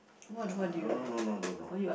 uh no no no no no no